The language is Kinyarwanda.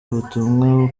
ubutumwa